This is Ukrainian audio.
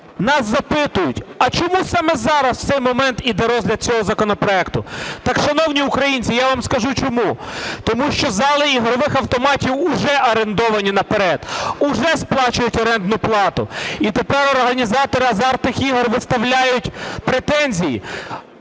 нас запитують, "А чому саме зараз в цей момент іде розгляд цього законопроекту?". Так шановні українці, я вам скажу чому. Тому що зали ігрових автоматів вже орендовані наперед, вже сплачують орендну плату. І тепер організатори азартних ігор виставляють претензії